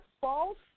false